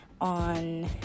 on